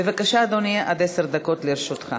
בבקשה, אדוני, עשר דקות לרשותך.